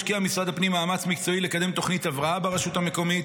השקיע משרד הפנים מאמץ מקצועי לקדם תוכנית הבראה ברשות המקומית.